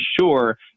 sure